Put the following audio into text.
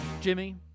Jimmy